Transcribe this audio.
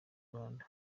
rwanda